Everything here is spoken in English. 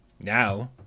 now